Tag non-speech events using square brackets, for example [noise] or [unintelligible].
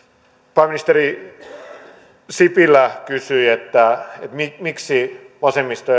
pääministeri sipilä kysyi miksi miksi vasemmisto [unintelligible]